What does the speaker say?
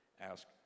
ask